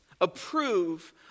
approve